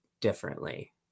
differently